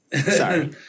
Sorry